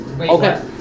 Okay